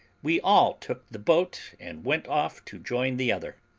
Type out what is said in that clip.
we all took the boat, and went off to join the other.